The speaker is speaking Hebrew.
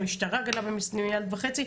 המשטרה גדלה במיליארד וחצי,